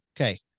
Okay